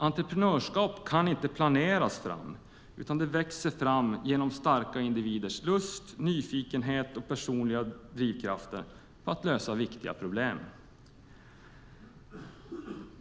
Entreprenörskap kan inte planeras fram, utan det växer fram genom starka individers lust, nyfikenhet och personliga drivkrafter när det gäller att lösa viktiga problem.